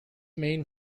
main